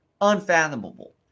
Unfathomable